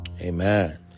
Amen